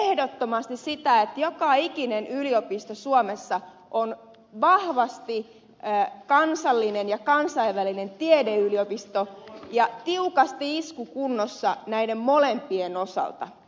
me kannatamme ehdottomasti sitä että joka ikinen yliopisto suomessa on vahvasti kansallinen ja kansainvälinen tiedeyliopisto ja tiukasti iskukunnossa näiden molempien osalta